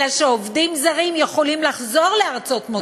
אלא שעובדים זרים יכולים לחזור לארצות מוצאם,